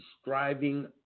striving